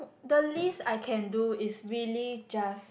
the least I can do is really just